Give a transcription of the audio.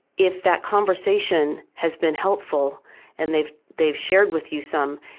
if that conversation has been helpful and they've they've shared with you some,